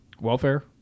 Welfare